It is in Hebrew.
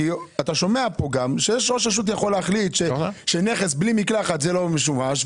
כי אתה שומע שראש רשות יכול להחליט שנכס בלי מקלחת הוא לא משומש,